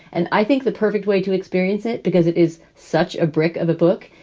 and i think the perfect way to experience it, because it is such a brick of a book,